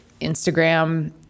Instagram